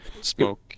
Smoke